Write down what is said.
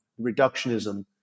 reductionism